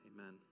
amen